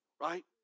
right